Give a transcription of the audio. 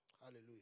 Hallelujah